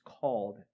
called